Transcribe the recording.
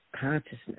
consciousness